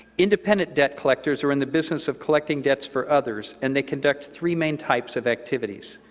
independent debt collectors are in the business of collecting debts for others, and they conduct three main types of activities.